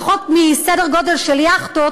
פחות מסדר גודל של יאכטות,